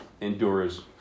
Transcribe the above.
endures